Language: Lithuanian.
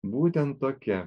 būtent tokia